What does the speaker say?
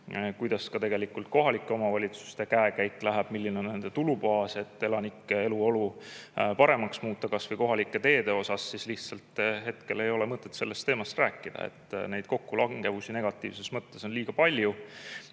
milline tegelikult kohalike omavalitsuste käekäik on, milline on nende tulubaas, et elanike eluolu paremaks muuta, kas või kohalike teede osas. Hetkel lihtsalt ei ole mõtet sellel teemal rääkida, neid kokkulangevusi negatiivses mõttes on liiga palju.